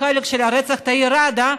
בחלק של רצח תאיר ראדה,